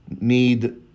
need –